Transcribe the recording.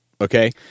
Okay